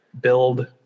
build